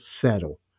settle